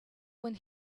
when